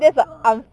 my god